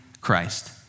Christ